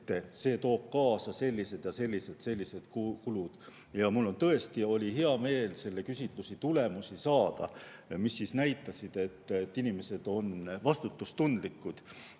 et see toob kaasa sellised, sellised ja sellised kulud. Mul oli tõesti hea meel selle küsitluse tulemusi saada, sest need näitasid, et inimesed on vastutustundlikud.